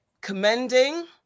commending